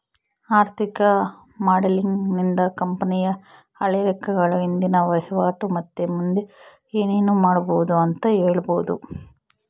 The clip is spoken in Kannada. ಆರ್ಥಿಕ ಮಾಡೆಲಿಂಗ್ ನಿಂದ ಕಂಪನಿಯ ಹಳೆ ಲೆಕ್ಕಗಳು, ಇಂದಿನ ವಹಿವಾಟು ಮತ್ತೆ ಮುಂದೆ ಏನೆನು ಮಾಡಬೊದು ಅಂತ ಹೇಳಬೊದು